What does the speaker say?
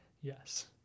Yes